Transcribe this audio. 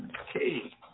okay